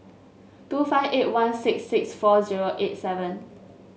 two five eight one six six four zero eight seven